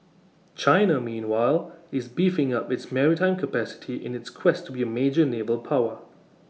China meanwhile is beefing up its maritime capacity in its quest to be A major naval power